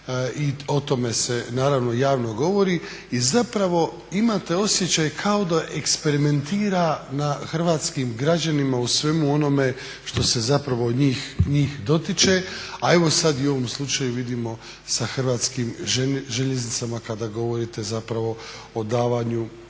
i o tome se naravno javno govori. I zapravo imate osjećaj kao da eksperimentira na hrvatskih građanima u svemu onome što se zapravo njih dotiče a evo sada i u ovom slučaju vidimo sa Hrvatskim željeznicama kada govorite zapravo o davanju